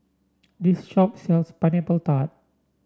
this shop sells Pineapple Tart